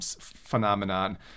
phenomenon